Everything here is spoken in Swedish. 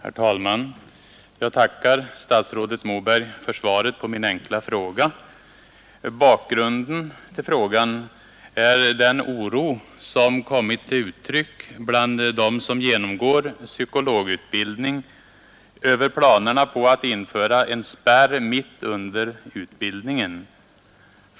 Herr talman! Jag tackar statsrådet Moberg för svaret på min enkla fråga. Bakgrunden till den är den oro som kommit till uttryck bland dem som genomgår psykologutbildning över planerna på att införa en spärr mitt under utbildningen.